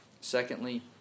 Secondly